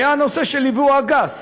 היה הנושא של יבוא אגסים,